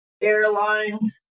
airlines